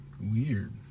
weird